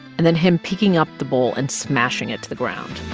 and then him picking up the bowl and smashing it to the ground